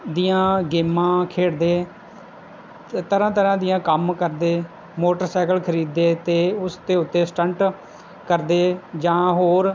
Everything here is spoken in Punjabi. ਦੀਆਂ ਗੇਮਾਂ ਖੇਡਦੇ ਤਰ੍ਹਾਂ ਤਰ੍ਹਾਂ ਦੀਆਂ ਕੰਮ ਕਰਦੇ ਮੋਟਰਸਾਈਕਲ ਖਰੀਦਦੇ ਅਤੇ ਉਸ ਦੇ ਉੱਤੇ ਸਟੰਟ ਕਰਦੇ ਜਾਂ ਹੋਰ